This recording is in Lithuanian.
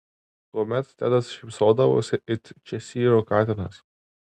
tuomet tedas šypsodavosi it češyro katinas